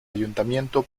ayuntamiento